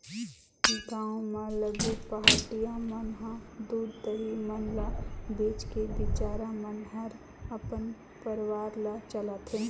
गांव म लगे पहाटिया मन ह दूद, दही मन ल बेच के बिचारा मन हर अपन परवार ल चलाथे